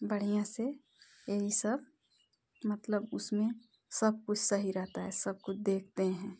बढ़िया से यह सब मतलब उसमें सब कुछ सही रहता है सब कुछ देखते हैं